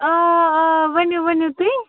آ آ ؤنِو ؤنِو تُہۍ